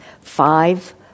five